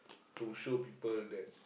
to show people that